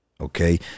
Okay